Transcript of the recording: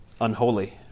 unholy